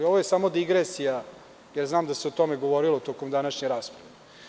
Ovo je samo digresija, jer znam da se o tome govorilo tokom današnje rasprave.